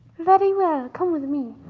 very well, come with me.